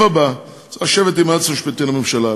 הבא צריך לשבת עם היועץ המשפטי לממשלה,